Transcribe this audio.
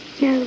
no